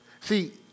See